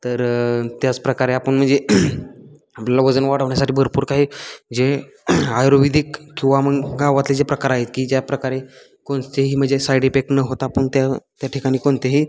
तर त्याचप्रकारे आपण म्हणजे आपलं वजन वाढवण्यासाठी भरपूर काही जे आयुर्वेदिक किंवा मग गावातले जे प्रकार आहेत की ज्याप्रकारे कोणतेही म्हणजे साईड इफेक्ट न होता आपण त्या त्या ठिकाणी कोणतेही